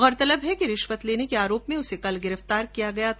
गौरतलब है कि रिश्वत लेने के आरोप में कल उसे गिरफ्तार किया गया था